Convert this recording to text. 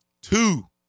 Two